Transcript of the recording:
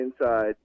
inside